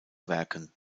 werken